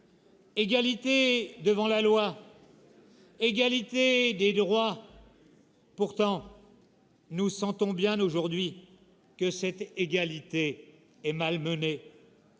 égalité devant la loi, égalité des droits. Pourtant, nous sentons bien aujourd'hui que cette égalité est malmenée.